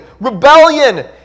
rebellion